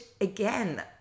again